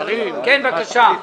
יש שאלה, היושב-ראש --- כן, בבקשה.